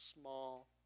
small